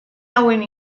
hauen